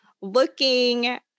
looking